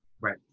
right